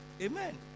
Amen